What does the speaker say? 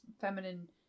feminine